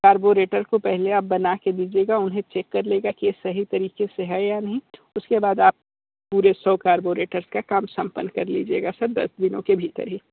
carburettor को पहले आप बनाके दीजियेगा उन्हें चेक कर लेगा की ये सही तरीके से है या नहीं उसके बाद आप पूरे सौ कार्बोरेटर का काम सम्पन्न कर लीजियेगा सर दस दिनों के भीतर ही